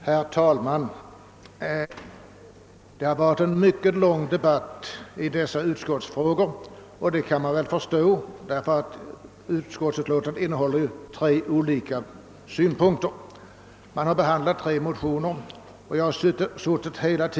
Herr talman! Det har varit en mycket lång debatt om det föreliggande betänkandet, och det kan man väl förstå, eftersom däri behandlas motioner i tre olika frågor.